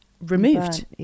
removed